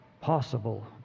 Possible